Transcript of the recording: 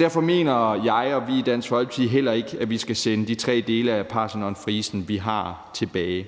Derfor mener jeg og vi i Dansk Folkeparti heller ikke, at vi skal sende de tre dele af Parthenonfrisen, vi har, tilbage.